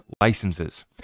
licenses